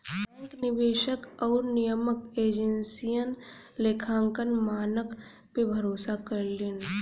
bank निवेशक आउर नियामक एजेंसियन लेखांकन मानक पे भरोसा करलीन